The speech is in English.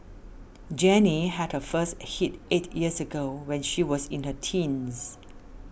Jenny had her first hit eight years ago when she was in her teens